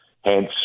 Hence